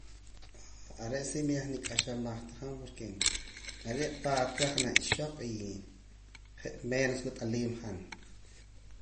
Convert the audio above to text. are' sí yah manik'axamah ta han porque are' parte reh janaj ixoq y je' menos wat'aliim han